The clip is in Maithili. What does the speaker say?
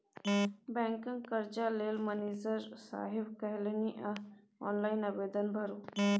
बैंकक कर्जा लेल मनिजर साहेब कहलनि अहॅँ ऑनलाइन आवेदन भरू